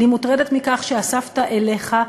אני מוטרדת מכך שאספת אליך,